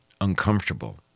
uncomfortable